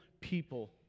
people